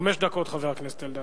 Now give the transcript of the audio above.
חמש דקות, חבר הכנסת אלדד.